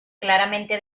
claramente